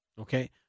Okay